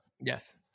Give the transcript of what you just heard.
Yes